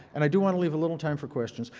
and i do want to leave a little time for questions.